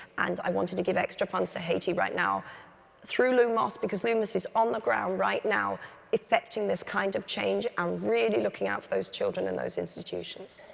and i wanted to give extra funds to haiti right now through lumos, because lumos is on the ground right now affecting this kind of change, and ah really looking at those children in those institutions.